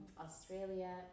Australia